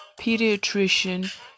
pediatrician